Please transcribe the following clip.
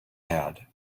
had